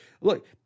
Look